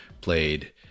played